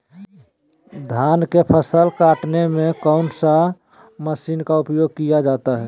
धान के फसल को कटने में कौन माशिन का उपयोग किया जाता है?